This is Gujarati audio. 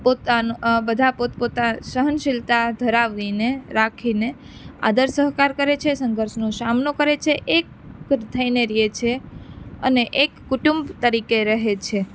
પોતાનો બધા પોતપોતા સહનશીલતા ધરાવીને રાખીને આદર સહકાર કરે છે સંઘર્ષનો સામનો કરે છે એક થઈને રહે છે અને એક કુટુંબ તરીકે રહે છે